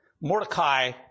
Mordecai